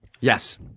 Yes